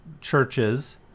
churches